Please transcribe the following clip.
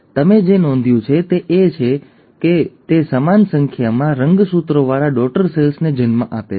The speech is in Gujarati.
તમે જે નોંધ્યું છે તે એ છે કે તે સમાન સંખ્યામાં રંગસૂત્રોવાળા ડૉટર સેલ્સને જન્મ આપે છે